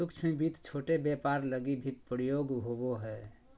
सूक्ष्म वित्त छोट व्यापार लगी भी प्रयोग होवो हय